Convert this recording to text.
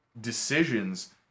decisions